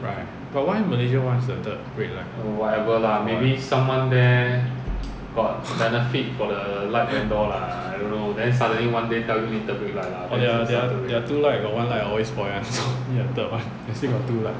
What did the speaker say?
right but why malaysia wants the third brake light oh ya they are their two light got one light always spoil [one] so need a third one they still got two light